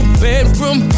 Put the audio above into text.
bedroom